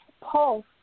Pulse